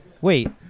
Wait